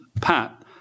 Pat